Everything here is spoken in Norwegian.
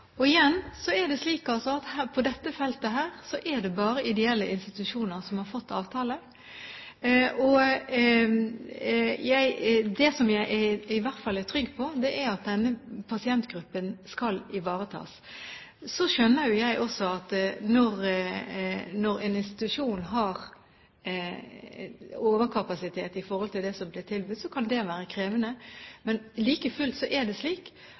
Og igjen: På dette feltet er det bare ideelle institusjoner som har fått avtale. Det som jeg i hvert fall er trygg på, er at denne pasientgruppen skal ivaretas. Når en institusjon har overkapasitet i forhold til det som blir tilbudt, skjønner jeg jo at det kan være krevende. Men like fullt er det slik